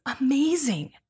amazing